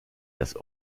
das